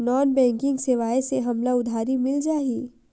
Non banking सेवाएं से हमला उधारी मिल जाहि?